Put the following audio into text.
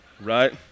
Right